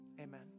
Amen